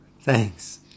thanks